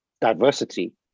diversity